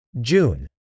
June